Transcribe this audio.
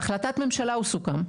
בהחלטת ממשלה הוא סוכם.